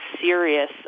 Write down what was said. serious